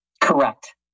Correct